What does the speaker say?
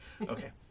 okay